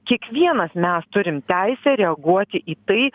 kiekvienas mes turim teisę reaguoti į tai